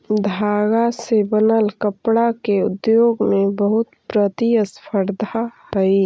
धागा से बनल कपडा के उद्योग में बहुत प्रतिस्पर्धा हई